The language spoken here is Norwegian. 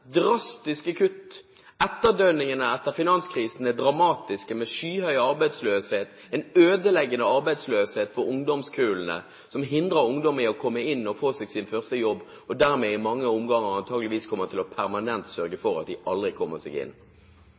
drastiske kutt. Etterdønningene etter finanskrisen er dramatisk, med skyhøy arbeidsløshet – en ødeleggende arbeidsløshet for ungdomskullene, som hindrer ungdom i å komme inn og få seg sin første jobb, og som dermed antageligvis i mange omganger kommer til permanent å sørge for at de aldri kommer seg inn.